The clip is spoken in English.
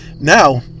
Now